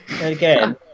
again